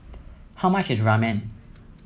how much is Ramen